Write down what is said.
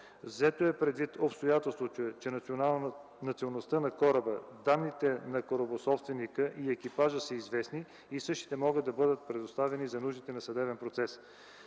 Взето е предвид обстоятелството, че националността на кораба, данните на корабособственика и екипажът са известни и същите могат да бъдат предоставени за нуждите на съдебен процес.